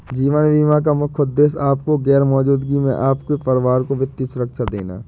जीवन बीमा का मुख्य उद्देश्य आपकी गैर मौजूदगी में आपके परिवार को वित्तीय सुरक्षा देना